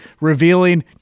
revealing